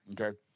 Okay